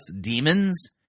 demons